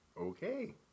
okay